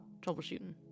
troubleshooting